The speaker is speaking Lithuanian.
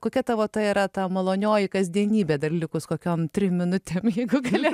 kokia tavo ta yra ta malonioji kasdienybė dar likus kokiom trim minutėm jeigu gali